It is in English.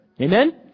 Amen